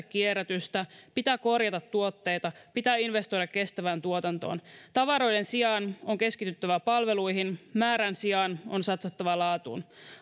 kierrätystä pitää korjata tuotteita pitää investoida kestävään tuotantoon tavaroiden sijaan on keskityttävä palveluihin määrän sijaan on satsattava laatuun